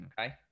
Okay